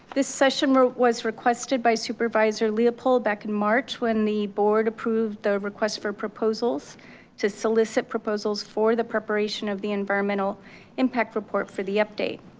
this session was requested by supervisor leopold back in march when the board approve the request for proposals to solicit proposals for the preparation of the environmental impact report for the update.